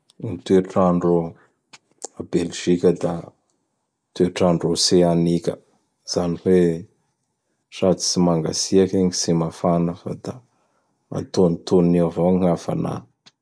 Gn toetr'andro à Belzika da toetr'andro oseanika, zany hoe, sady tsy mangatsiaky gny tsy mafana fa da atonotoniny eo avao gny hafanà.